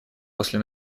после